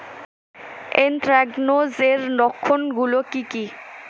Anthracnose এর লক্ষণ গুলো কি কি?